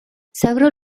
several